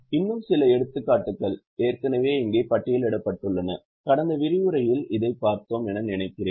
இன்னும் சில எடுத்துக்காட்டுகள் ஏற்கனவே இங்கே பட்டியலிடப்பட்டுள்ளன கடந்த விரிவுரையில் இதைப் பார்த்தோம் என்று நினைக்கிறேன்